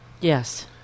Yes